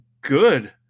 good